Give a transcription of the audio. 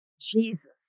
Jesus